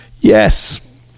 yes